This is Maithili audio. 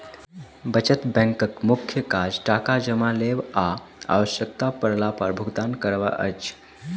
बचत बैंकक मुख्य काज टाका जमा लेब आ आवश्यता पड़ला पर भुगतान करब अछि